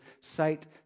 sight